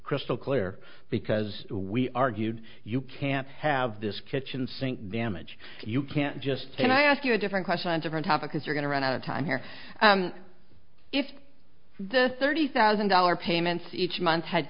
crystal clear because we argued you can't have this kitchen sink damage you can't just can i ask you a different question and different topics are going to run out of time here if the thirty thousand dollars payments each month had